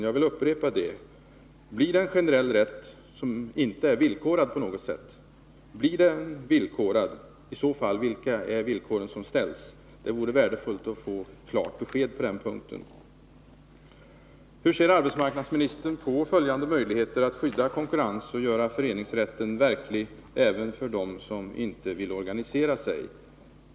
Jag vill därför upprepa frågan: Blir det en generell rätt som inte är villkorad på något sätt? Om den blir villkorad, vilka är i så fall de villkor som ställs? Det vore värdefullt att få klart besked på den punkten. Hur ser arbetsmarknadsministern på följande möjligheter att skydda konkurrensen och föreningsrätten även för dem som inte vill organisera sig?